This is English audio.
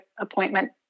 appointment